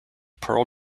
pearl